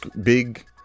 big